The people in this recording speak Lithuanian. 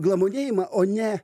glamonėjimą o ne